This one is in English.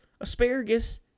Asparagus